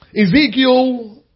Ezekiel